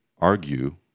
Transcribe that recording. argue